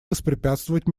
воспрепятствовать